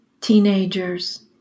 Teenagers